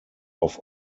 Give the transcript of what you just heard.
auf